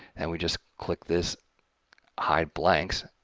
and we just click this hideblanks,